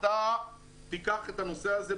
בבקשה, קח את הנושא הזה.